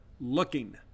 looking